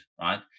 right